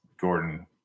Gordon